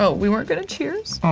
ah we weren't gonna cheers? oh,